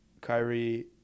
Kyrie